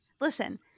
Listen